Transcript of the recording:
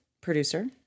producer